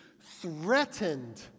threatened